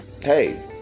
Hey